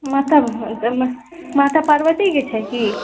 माता माता पार्वतीके छै की